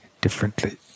differently